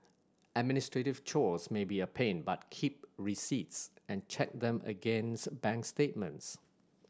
administrative chores may be a pain but keep receipts and check them against bank statements